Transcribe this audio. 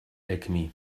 alchemy